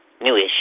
newish